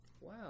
wow